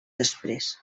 després